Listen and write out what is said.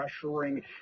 pressuring